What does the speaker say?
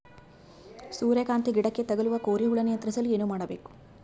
ಸೂರ್ಯಕಾಂತಿ ಗಿಡಕ್ಕೆ ತಗುಲುವ ಕೋರಿ ಹುಳು ನಿಯಂತ್ರಿಸಲು ಏನು ಮಾಡಬೇಕು?